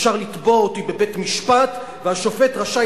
אפשר לתבוע אותי בבית-משפט והשופט רשאי